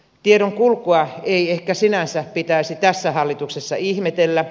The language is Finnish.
tiedon kulkua ei ehkä sinänsä pitäisi tässä hallituksessa ihmetellä